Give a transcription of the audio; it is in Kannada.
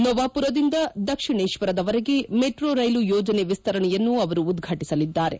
ನೊವಾಪುರದಿಂದ ದಕ್ಷಿಣೇಶ್ವರದವರೆಗೆ ಮೆಟ್ರೋ ರೈಲು ಯೋಜನೆ ವಿಸ್ತರಣೆಯನ್ನು ಅವರು ಉದ್ವಾಟಿಸಲಿದ್ದಾರೆ